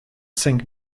cinq